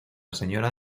señora